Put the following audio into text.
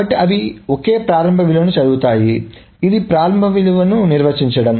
కాబట్టి అవి ఒకే ప్రారంభ విలువను చదువుతాయి కాబట్టి ఇది ప్రారంభ విలువను నిర్వచించడం